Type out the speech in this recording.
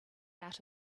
out